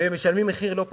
והם משלמים מחיר לא פשוט.